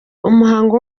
umuhango